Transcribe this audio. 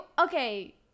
okay